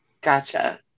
gotcha